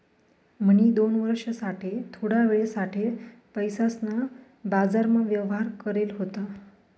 म्हणी दोन वर्ष साठे थोडा वेळ साठे पैसासना बाजारमा व्यवहार करेल होता